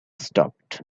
stopped